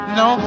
no